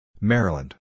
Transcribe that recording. Maryland